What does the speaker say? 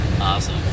Awesome